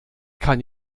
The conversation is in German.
kann